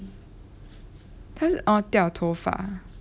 他是 oh 掉头发